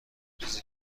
چیزی